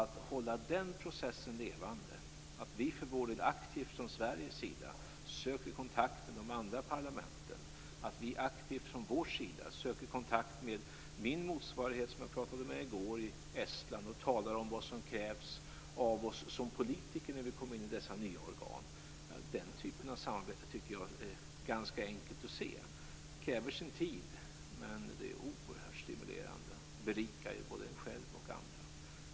Att hålla den processen levande, att vi för vår del aktivt från Sveriges sida söker kontakt med de andra parlamenten, med min motsvarighet i t.ex. Estland och talar om vad som krävs av oss som politiker när vi går med i dessa nya organ är viktigt. Den typen av samarbete är ganska enkelt att se. Det kräver sin tid, men det är oerhört stimulerande och berikar både en själv och andra.